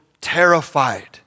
terrified